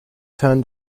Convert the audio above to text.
turn